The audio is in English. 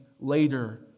later